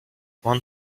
one